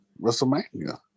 WrestleMania